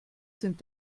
sind